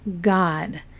God